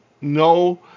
No